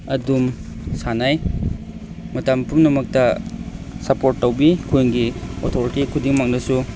ꯑꯗꯨꯝ ꯁꯥꯟꯅꯩ ꯃꯇꯝ ꯄꯨꯝꯅꯃꯛꯇ ꯁꯞꯄꯣꯔꯠ ꯇꯧꯕꯤ ꯈꯨꯟꯒꯤ ꯑꯣꯊꯣꯔꯤꯇꯤ ꯈꯨꯗꯤꯡꯃꯛꯅꯁꯨ